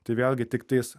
tai vėlgi tiktais